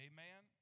Amen